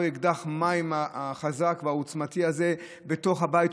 אותו אקדח המים החזק והעוצמתי הזה בתוך הבית.